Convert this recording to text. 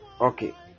okay